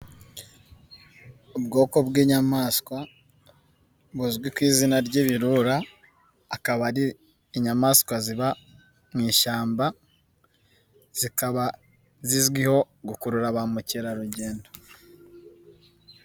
Ubwoko bw'inyamaswa buzwi ku izina ry'ibirura, akaba ari inyamaswa ziba mu ishyamba, zikaba zizwiho gukurura ba mukerarugendo.